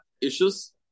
issues